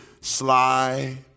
sly